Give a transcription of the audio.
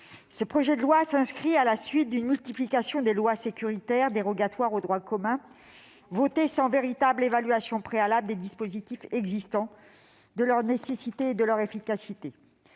Ce projet de loi s'inscrit dans la continuité d'une multitude de lois sécuritaires, dérogatoires au droit commun, votées sans véritable évaluation préalable des dispositifs existants, de leur nécessité et de leur efficacité.